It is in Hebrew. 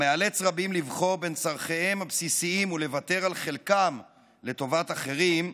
המאלץ רבים לבחור בין צורכיהם הבסיסים ולוותר על חלקם לטובת אחרים,